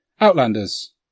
Outlanders